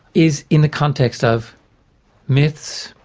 is in the context of myths,